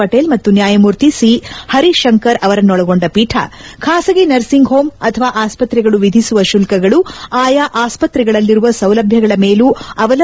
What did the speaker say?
ಪಟೇಲ್ ಮತ್ತು ನ್ಯಾಯಮೂರ್ತಿ ಸಿ ಹರಿ ಶಂಕರ್ ಅವರನ್ನೊಳಗೊಂಡ ಪೀಠ ಖಾಸಗಿ ನರ್ಸಿಂಗ್ ಹೋಂ ಅಥವಾ ಆಸ್ಪತ್ರೆಗಳು ವಿಧಿಸುವ ಶುಲ್ಲಗಳು ಆಯಾ ಆಸ್ಪತ್ರೆಗಳಲ್ಲಿರುವ ಸೌಲಭ್ಯಗಳ ಮೇಲೂ ಅವಲಂಬಿತವಾಗಿರುತ್ತದೆ ಎಂದೂ ಹೇಳಿದೆ